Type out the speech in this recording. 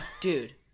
dude